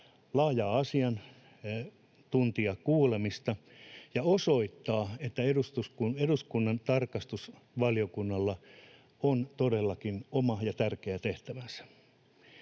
laajaa asiantuntijakuulemista ja osoittaa, että eduskunnan tarkastusvaliokunnalla on todellakin oma ja tärkeä tehtävänsä.